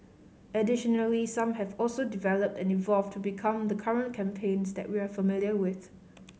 additionally some have also developed and evolved to become the current campaigns that we are familiar with